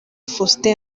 faustin